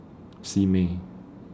Simei